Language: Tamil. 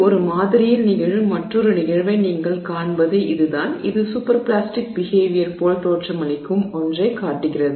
ஒரு மாதிரியில் நிகழும் மற்றொரு நிகழ்வை நீங்கள் காண்பது இதுதான் இது சூப்பர் பிளாஸ்டிக் பிஹேவியர் போல தோற்றமளிக்கும் ஒன்றைக் காட்டுகிறது